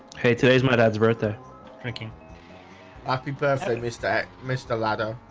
hey today's my dad's birthday drinking happy birthday. mr. mr. ladder